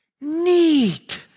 neat